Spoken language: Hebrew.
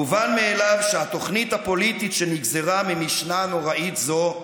מובן מאליו שהתוכנית הפוליטית שנגזרה ממשנה נוראית זו,